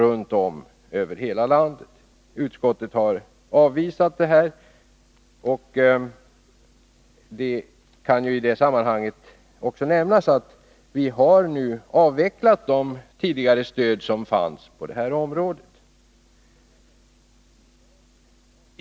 Utskottet har också avvisat det här förslaget, och det kan i sammanhanget nämnas att vi nu har avvecklat de stöd som tidigare fanns på detta område.